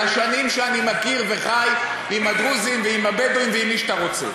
על השנים שאני מכיר וחי עם הדרוזים ועם הבדואים ועם מי שאתה רוצה.